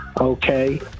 okay